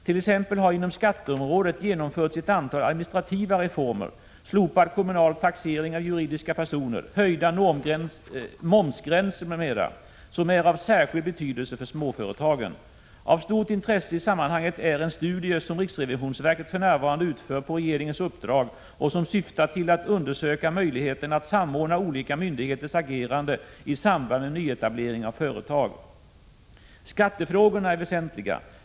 T.ex. har inom skatteområdet genomförts ett antal administrativa reformer — slopad kommunal taxering av juridiska personer, höjda momsgränser m.m. — som är av särskild betydelse för småföretagen. Av stort intresse i sammanhanget är en studie som riksrevisionsverket för närvarande utför på regeringens uppdrag och som syftar till att undersöka möjligheten att samordna olika myndigheters agerande i samband med nyetablering av företag. Skattefrågorna är väsentliga.